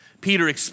Peter